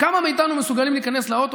כמה מאיתנו מסוגלים להיכנס לאוטו